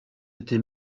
été